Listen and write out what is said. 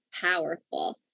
powerful